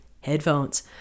headphones